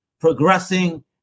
progressing